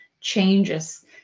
changes